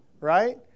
right